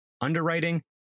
underwriting